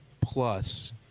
plus